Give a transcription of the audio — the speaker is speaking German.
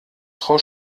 frau